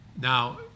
Now